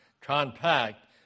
compact